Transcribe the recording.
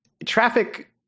Traffic